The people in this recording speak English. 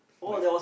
my